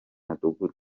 mudugudu